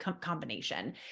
combination